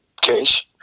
case